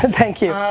and thank you.